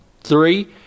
three